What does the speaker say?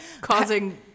Causing